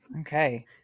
Okay